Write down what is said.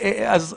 אז סליחה.